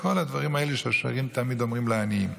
וכל הדברים האלה שעשירים תמיד אומרים לעניים.